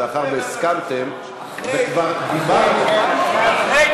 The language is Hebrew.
מאחר שהסכמתם וכבר דיברתם --- זה בהסכמה.